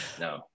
No